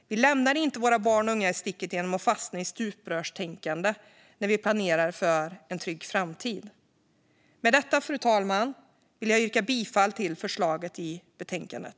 Vi lämnar inte barn och unga i sticket genom att fastna i stuprörstänkande när vi planerar för en trygg framtid. Med detta, fru talman, vill jag yrka bifall till förslaget i betänkandet.